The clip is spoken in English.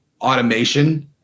automation